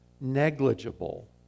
negligible